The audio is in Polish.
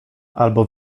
albo